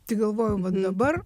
tik galvojau vat dabar